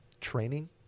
training